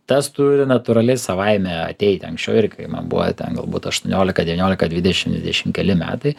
tas turi natūraliai savaime ateiti anksčiau irgi kai man buvo ten galbūt aštuoniolika devyniolika dvidešim dvidešim keli metai